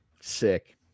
sick